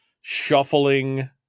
shuffling